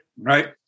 Right